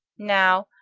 now,